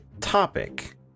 topic